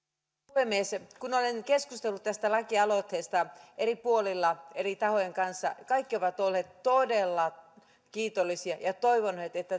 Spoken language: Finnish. puhemies kun olen keskustellut tästä laki aloitteesta eri puolilla eri tahojen kanssa kaikki ovat olleet todella kiitollisia ja toivoneet että